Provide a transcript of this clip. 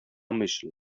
myśl